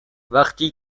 وقتی